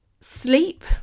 Sleep